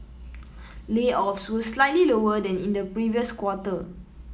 layoffs were slightly lower than in the previous quarter